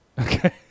Okay